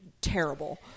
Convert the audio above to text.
terrible